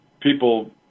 people